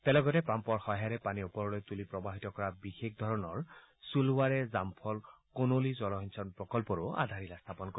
তেওঁ লগতে পাম্পৰ সহায়েৰে পানী ওপৰলৈ তুলি প্ৰবাহিত কৰা বিশেষ ধৰণৰ সুলৱাৰে জামফল কনোলি জলসিঞ্চন প্ৰকল্পৰ আধাৰশিলা স্থাপন কৰিব